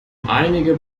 einige